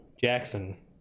Jackson